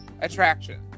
attraction